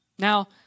Now